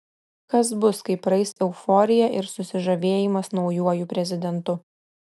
kas bus kai praeis euforija ir susižavėjimas naujuoju prezidentu